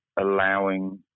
allowing